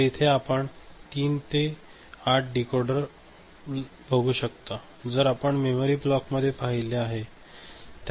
तर इथे आपण 3 ते 8 डीकोडर आपण बघू शकता जसे आपण मेमरी ब्लॉकमध्ये पाहिले आहे